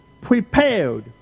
prepared